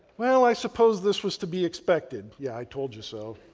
well, i suppose this was to be expected. yeah, i told you so,